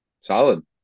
Solid